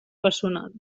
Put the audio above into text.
personal